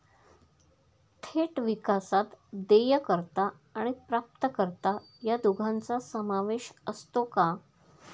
थेट विकासात देयकर्ता आणि प्राप्तकर्ता या दोघांचा समावेश असतो का?